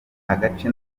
agace